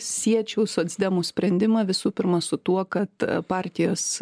siečiau socdemų sprendimą visų pirma su tuo kad partijos